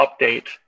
update